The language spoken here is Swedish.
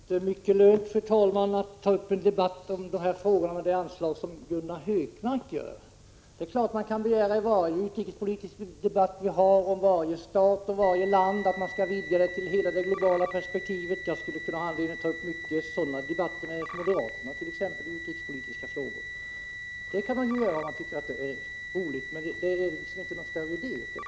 Fru talman! Det lönar sig inte mycket att ta upp en debatt om de här frågorna med det anslag som Gunnar Hökmarks anförande hade. Visst kan man, om man tycker att det är roligt, vidga varje utrikespolitisk debatt här i riksdagen om en viss stat till att avse hela det globala perspektivet. Jag skulle kunna ta upp sådana debatter med exempelvis moderaterna i utrikespolitiska frågor, men det är inte någon större idé, eftersom det inte hör till det aktuella sammanhanget.